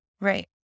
Right